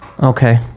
okay